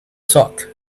sock